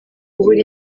kubura